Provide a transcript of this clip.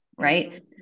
Right